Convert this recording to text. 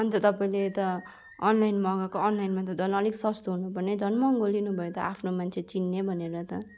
अन्त तपाईँले त अनलाइन मगाएको अनलाइनमा त झन् अलिक सस्तो हुनुपर्ने झन महँगो लिनुभयो त आफ्नो मान्छे चिन्ने भनेर त